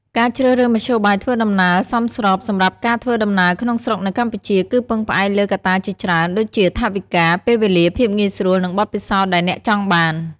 ការជ្រើសរើសមធ្យោបាយធ្វើដំណើរសមស្របសម្រាប់ការធ្វើដំណើរក្នុងស្រុកនៅកម្ពុជា គឺពឹងផ្អែកលើកត្តាជាច្រើន ដូចជាថវិកា ពេលវេលា ភាពងាយស្រួល និងបទពិសោធន៍ដែលអ្នកចង់បាន។